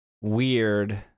weird